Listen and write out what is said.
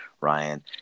Ryan